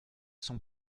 son